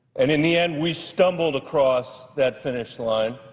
and in the end, we stumbled across that finish line,